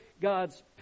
God's